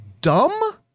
dumb